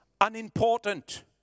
unimportant